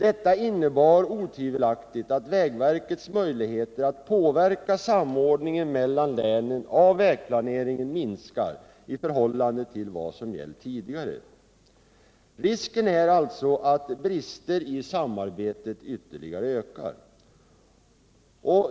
Detta innebär otvivelaktigt att vägverkets möjligheter att påverka samordningen av vägplaneringen mellan länen minskar i förhållande till vad som har gällt tidigare. Risken är alltså att bristerna i samarbetet ytterligare ökar.